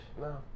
No